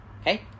Okay